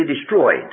destroyed